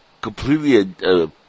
completely